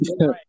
Right